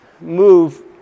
move